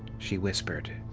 she whispered.